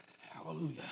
Hallelujah